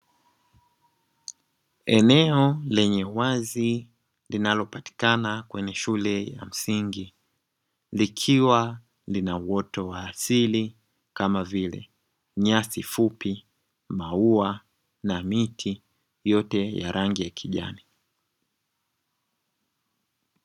Eneo lenye uwazi linalopatikana kwenye shule ya msingi, likiwa lina uoto wa asili kama vile nyasi fupi, maua na miti yote ya rangi ya kijani.